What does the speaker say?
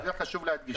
זה חשוב להדגיש.